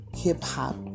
hip-hop